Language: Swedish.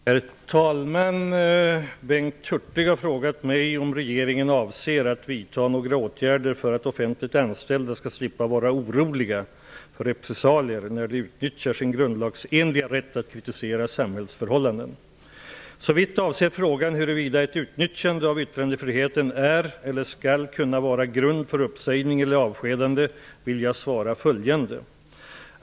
Herr talman! Bengt Hurtig har frågat mig om regeringen avser att vidta några åtgärder för att offentligt anställda skall slippa att vara oroliga för repressalier när de utnyttjar sin grundlagsenliga rätt att kritisera samhällsförhållanden. Såvitt avser frågan huruvida ett utnyttjande av yttrandefriheten är eller skall kunna vara grund för uppsägning eller avskedande vill jag svara följande.